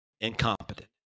incompetent